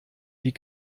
wie